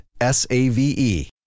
S-A-V-E